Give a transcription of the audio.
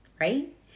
right